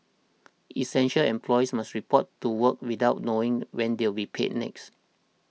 essential employees must report to work without knowing when they'll we paid next